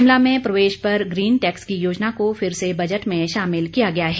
शिमला में प्रवेश पर ग्रीन टैक्स की योजना को फिर से बजट में शामिल किया गया है